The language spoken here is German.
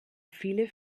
viele